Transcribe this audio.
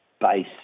base